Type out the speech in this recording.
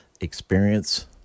experience